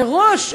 מראש,